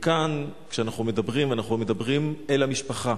וכאן, כשאנחנו מדברים, אנחנו מדברים אל המשפחה,